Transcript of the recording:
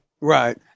Right